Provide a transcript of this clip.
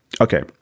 Okay